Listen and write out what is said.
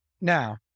Now